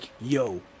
yo